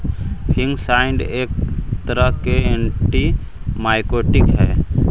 fungicide एक तरह के एंटिमाइकोटिक हई